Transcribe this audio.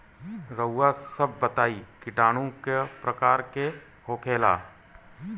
रउआ सभ बताई किटाणु क प्रकार के होखेला?